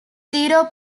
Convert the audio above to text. zero